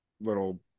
little